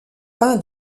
pin